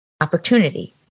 Opportunity